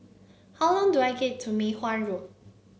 how long do I get to Mei Hwan Road